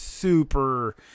Super